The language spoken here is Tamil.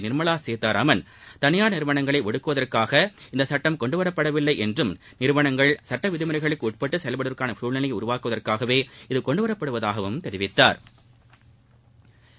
நிர்மவா சீதாராமன் தனியார் நிறுவனங்களை ஒடுக்குவதற்காக இந்த சட்டம் கொன்டு வரப்படவில்லை என்றும் நிறுவனங்கள் சட்டவிதிமுறைகளுக்கு உட்பட்டு செயல்படுவதற்கான சூழ்நிலையை உருவாக்குவதற்காகவே இது கொண்டுவரப்படுவதாகவும் தெரிவித்தாா்